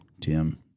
Tim